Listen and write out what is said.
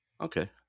Okay